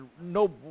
No